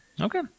Okay